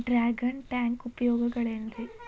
Dragon tank ಉಪಯೋಗಗಳೆನ್ರಿ?